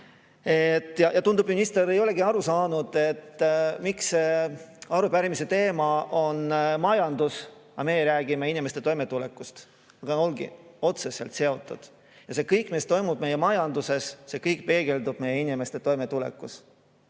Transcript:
Tundub, et minister ei olegi aru saanud, miks arupärimise teema on majandus, kui meie räägime inimeste toimetulekust. Aga [need] ongi otseselt seotud, sest kõik, mis toimub meie majanduses, peegeldub ka meie inimeste toimetulekus.